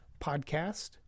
podcast